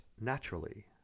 naturally